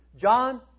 John